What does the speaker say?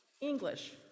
English